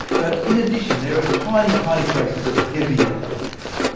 but in addition, there are tiny, tiny traces of heavier elements.